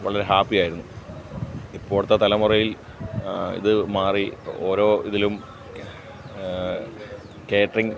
വളരെ ഹാപ്പിയായിരുന്നു ഇപ്പോളത്തെ തലമുറയിൽ ഇത് മാറി ഓരോ ഇതിലും കേറ്റ്റിംഗ്